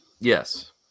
Yes